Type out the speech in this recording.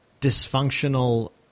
dysfunctional